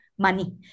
money